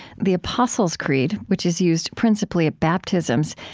the apostles' creed, which is used principally at baptisms,